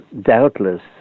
doubtless